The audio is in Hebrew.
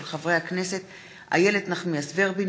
של חברי הכנסת איילת נחמיאס ורבין,